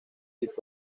tipos